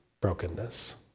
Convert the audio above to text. brokenness